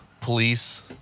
police